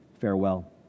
Farewell